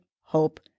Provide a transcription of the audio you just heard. hope